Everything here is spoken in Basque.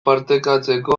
partekatzeko